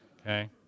Okay